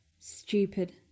Stupid